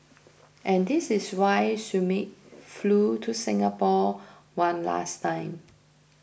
and this is why Schmidt flew to Singapore one last time